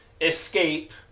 escape